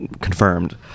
confirmed